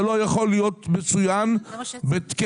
זה לא יכול להיות מצוין ככסף.